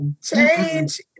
change